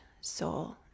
soul